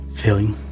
feeling